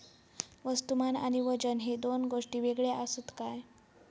वस्तुमान आणि वजन हे दोन गोष्टी वेगळे आसत काय?